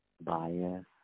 bias